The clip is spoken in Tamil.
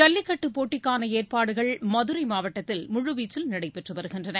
ஜல்லிக்கட்டு போட்டிக்கான ஏற்பாடுகள் மதுரை மாவட்டத்தில் முழுவீச்சில் நடைபெற்று வருகின்றன